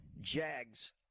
Jags